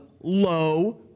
low